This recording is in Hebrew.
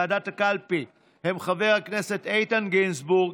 חברי הכנסת של ועדת הקלפי הם חבר הכנסת איתן גינזבורג,